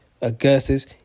Augustus